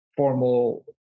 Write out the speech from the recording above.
formal